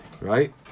Right